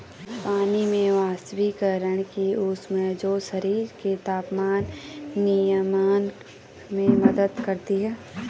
पानी में वाष्पीकरण की ऊष्मा है जो शरीर के तापमान नियमन में मदद करती है